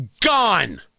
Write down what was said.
gone